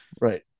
Right